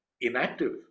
inactive